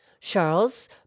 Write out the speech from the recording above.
Charles